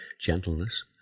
gentleness